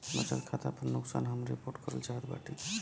बचत खाता पर नुकसान हम रिपोर्ट करल चाहत बाटी